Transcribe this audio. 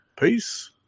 Peace